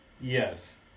Yes